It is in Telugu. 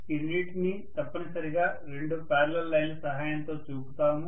ఈ రెండింటినీ తప్పనిసరిగా రెండు పారలల్ లైన్ల సహాయంతో చూపుతాము